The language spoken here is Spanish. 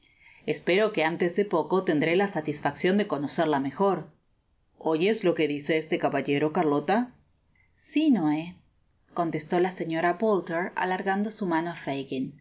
espero que antes de poco tendré la satisfaccion de conocerla mejor ioyes lo que te dice este caballero carlota si noé contestó la señora bolter alargando su manó